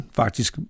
faktisk